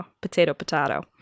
potato-potato